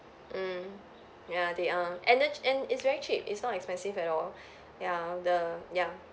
mm ya they are and the~ and it's very cheap it's not expensive at all ya the ya